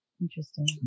Interesting